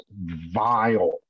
vile